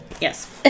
Yes